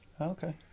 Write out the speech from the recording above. Okay